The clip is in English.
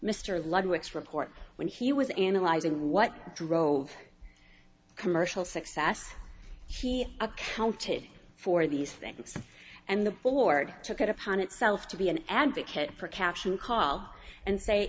ludwig's report when he was analyzing what drove commercial success she accounted for these things and the board took it upon itself to be an advocate for cash and call and say